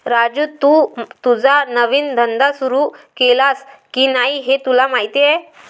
राजू, तू तुझा नवीन धंदा सुरू केलास की नाही हे तुला माहीत आहे